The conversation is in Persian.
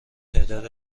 تعداد